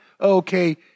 okay